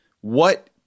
what-